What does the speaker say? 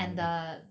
and the